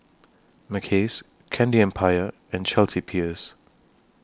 Mackays Candy Empire and Chelsea Peers